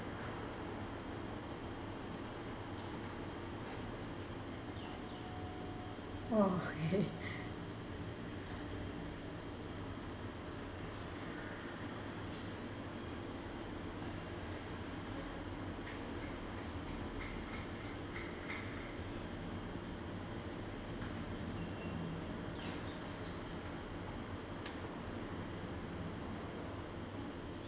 !whoa! okay